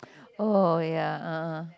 oh ya ah